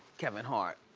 kevin hart,